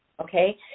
Okay